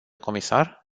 comisar